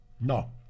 No